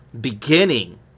beginning